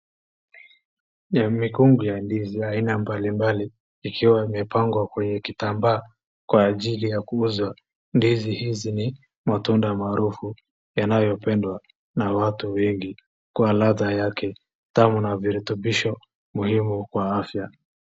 Mikungu ya ndizi aina mbali mbali ikiwa imepagwa kwenye kitambaa kwa ajili ya kuuzwa. Ndizi hizi ni matunda maarufu yanayopendwa na watu wengi kwa ladha yake tamu na virutumbisho muhimu kwa afya.